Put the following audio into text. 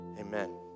Amen